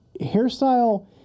hairstyle